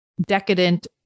decadent